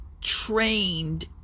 trained